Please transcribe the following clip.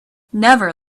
never